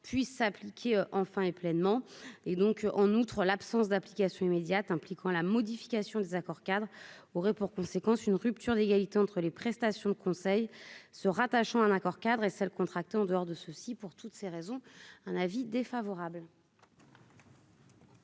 puisse s'appliquer enfin et pleinement et donc en outre l'absence d'application immédiate, impliquant la modification des accords-cadres aurait pour conséquence une rupture d'égalité entre les prestations de conseil se rattachant un accord-cadre et celle contractée en dehors de ceux-ci pour toutes ces raisons, un avis défavorable.